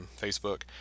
Facebook